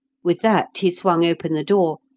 with that he swung open the door,